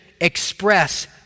express